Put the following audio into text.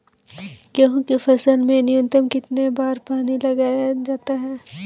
गेहूँ की फसल में न्यूनतम कितने बार पानी लगाया जाता है?